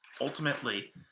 ultimately